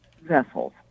vessels